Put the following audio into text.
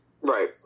Right